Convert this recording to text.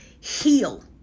Heal